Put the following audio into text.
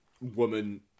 woman